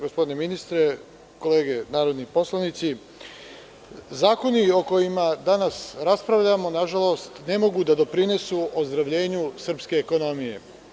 Gospodine ministre, kolege narodni poslanici, zakoni o kojima danas raspravljamo nažalost ne mogu da doprinesu ozdravljenju srpske ekonomije.